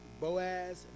Boaz